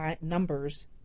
numbers